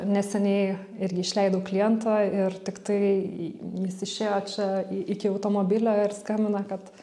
neseniai irgi išleidau klientą ir tiktai jis išėjo čia iki automobilio ir skambina kad